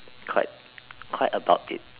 quite quite about it